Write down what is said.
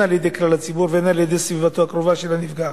על-ידי כלל הציבור והן על-ידי סביבתו הקרובה של הנפגע.